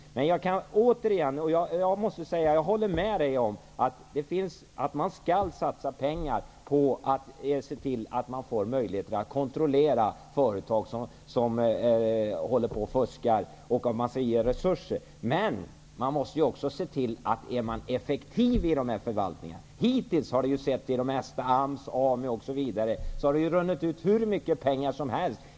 Jag håller med Bruno Poromaa att man skall satsa pengar på att se till att man får möjligheter att kontrollera företag som håller på att fuska. Men man måste också se till att dessa förvaltningar är effektiva. Hittills har det ju runnit ut hur mycket pengar som helst från AMS, AMU, osv.